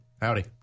Howdy